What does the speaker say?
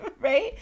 right